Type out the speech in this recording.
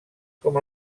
com